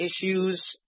issues